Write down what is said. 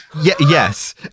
Yes